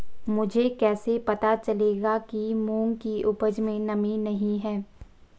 मुझे कैसे पता चलेगा कि मूंग की उपज में नमी नहीं है?